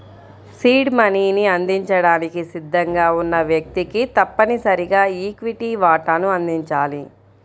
seed మనీని అందించడానికి సిద్ధంగా ఉన్న వ్యక్తికి తప్పనిసరిగా ఈక్విటీ వాటాను అందించాలి